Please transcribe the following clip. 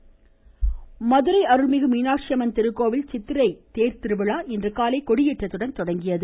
மதுரை மதுரை அருள்மிகு மீனாட்சியம்மன் திருக்கோவில் சித்திரைத்திருவிழா இன்று காலை கொடியேற்றத்துடன் தொடங்கியது